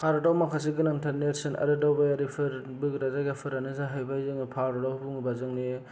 भारतआव माखासे गोनांथार नेरसोन आरो दावबाययारिफोर बोग्रा जायगाफोरानो जाहैबाय जोङो भारतआव बुङोब्ला जोंनि